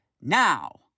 now